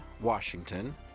Washington